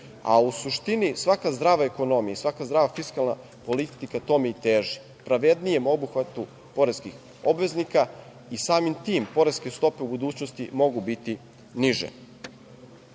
a u suštini svaka zdrava ekonomija i svaka zdrava fiskalna politika tome i teži, pravednijem obuhvatu poreskih obveznika i samim tim poreske stope u budućnosti mogu biti niže. Kada